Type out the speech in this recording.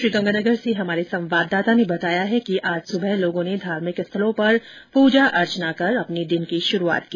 श्रीगंगानगर से हमारे संवाददाता ने बताया कि आज सुबह लोगों ने धार्मिक स्थलों पर पूजा अर्चना कर अपने दिन की शुरूआत की